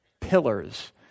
pillars